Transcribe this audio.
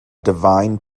divine